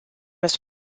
its